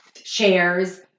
Shares